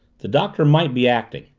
the doctor might be acting,